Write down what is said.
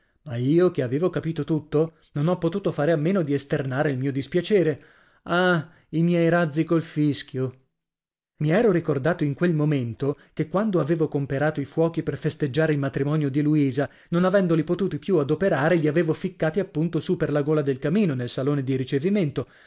ma io che avevo capito tutto non ho potuto fare a meno di esternare il mio dispiacere ah i miei razzi col fischio i ero ricordato in quel momento che quando avevo comperato i fuochi per festeggiare il matrimonio di luisa non avendoli potuti più adoperare li avevo ficcati appunto su per la gola del camino nel salone di ricevimento